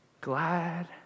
glad